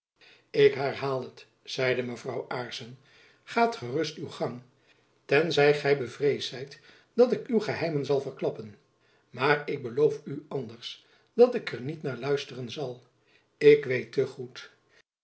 ik herhaal het zeide mevrouw aarssen gaat gerust uw gang ten zij gy bevreesd zijt dat ik uw geheimen zal verklappen maar ik beloof u anders dat ik er niet naar luisteren zal ik weet te goed